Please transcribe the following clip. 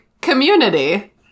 community